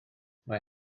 mae